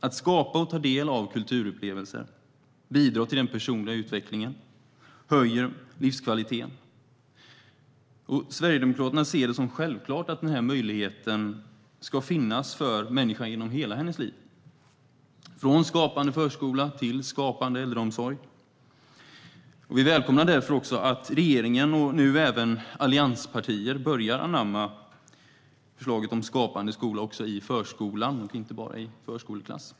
Att skapa och ta del av kulturupplevelser bidrar till den personliga utvecklingen och höjer livskvaliteten. Sverigedemokraterna ser det som självklart att denna möjlighet ska finnas för människan genom hela hennes liv, från skapande förskola till skapande äldreomsorg. Vi välkomnar därför att regeringen och nu även allianspartier börjar anamma förslaget om skapande skola också i förskolan, inte bara i förskoleklass.